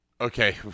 okay